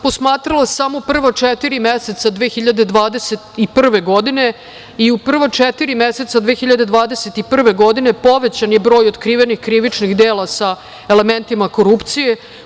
Posmatrala sam samo prva četiri meseca 2021. godine i u prva četiri meseca 2021. godine povećan je broj otkrivenih krivičnih dela sa elementima korupcije.